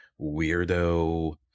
weirdo